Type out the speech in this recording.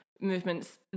movements